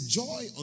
joy